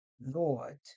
Lord